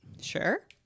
Sure